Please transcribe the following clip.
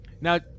Now